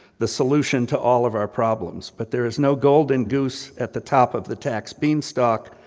the solution to all of our problems. but, there's no golden goose at the top of the tax beanstalk,